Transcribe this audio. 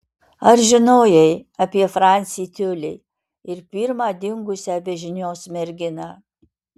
ar žinojai apie francį tiulį ir pirmą dingusią be žinios merginą